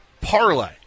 parlay